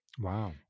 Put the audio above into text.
Wow